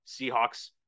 Seahawks